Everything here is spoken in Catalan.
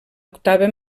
octava